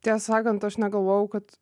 tiesą sakant aš negalvojau kad